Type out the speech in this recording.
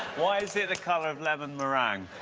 why is it the colour of lemon meringue?